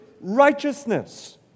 righteousness